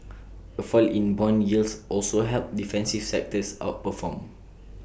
A fall in Bond yields also helped defensive sectors outperform